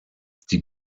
die